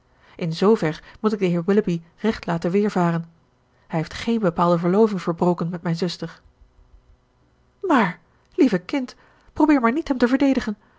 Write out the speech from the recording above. in zver moet ik den heer willoughby recht laten weervaren hij heeft geen bepaalde verloving verbroken met mijn zuster mààr lieve kind probeer maar niet hem te verdedigen